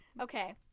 Okay